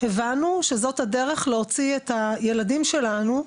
הבנו שזו הדרך להוציא את הילדים שלנו,